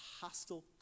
hostile